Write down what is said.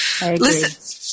Listen